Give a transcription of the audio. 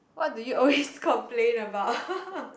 what do you always complain about